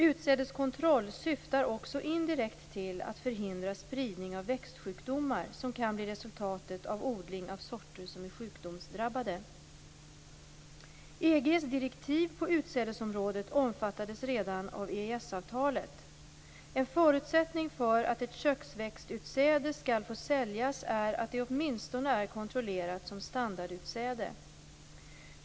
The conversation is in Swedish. Utsädeskontroll syftar också indirekt till att förhindra spridning av växtsjukdomar som kan bli resultatet av odling av sorter som är sjukdomsdrabbade. EG:s direktiv på utsädesområdet omfattades redan av EES-avtalet. En förutsättning för att ett köksväxtutsäde skall få säljas är att det åtminstone är kontrollerat som standardutsäde.